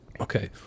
okay